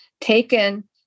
taken